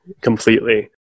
completely